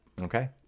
okay